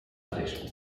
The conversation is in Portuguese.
fresco